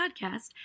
podcast